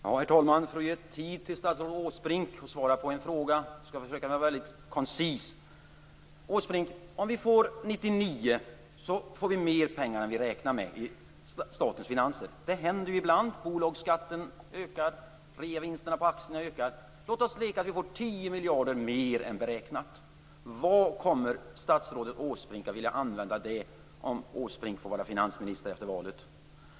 Herr talman! För att ge statsrådet Åsbrink tid att svara på en fråga skall jag försöka vara mycket koncis. Låt oss leka med tanken att vi 1999 får mer pengar än vi räknat med i statens finanser. Det händer ibland, därför att bolagsskatten ökar och reavinsterna på aktierna ökar. Låt oss säga att vi får 10 miljarder mer än beräknat: Till vad kommer statsrådet Åsbrink att vilja använda pengarna om han får vara finansminister efter valet?